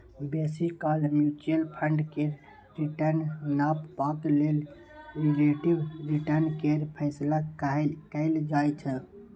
बेसी काल mutual fund केर रिटर्न नापबाक लेल रिलेटिब रिटर्न केर फैसला कएल जाइ छै